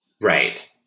right